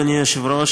אדוני היושב-ראש,